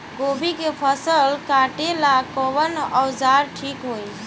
गोभी के फसल काटेला कवन औजार ठीक होई?